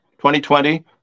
2020